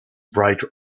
bright